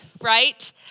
right